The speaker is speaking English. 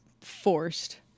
forced